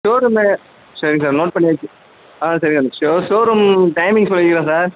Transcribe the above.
showroom சரிங்க sir note பண்ணியாச்சு ஆ சரிங்க சார் ஷோஷோரூம் டைமிங் சொல்லிக்கிறேன் சார்